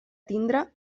tindre